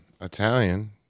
Italian